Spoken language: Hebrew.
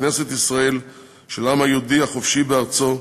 בכנסת ישראל של העם היהודי החופשי בארצו.